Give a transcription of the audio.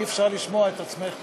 אי-אפשר לשמוע את עצמך פה.